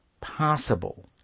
possible